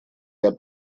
der